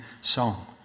song